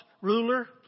ruler